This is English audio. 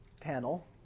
panel